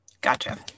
Gotcha